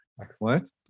Excellent